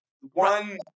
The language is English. one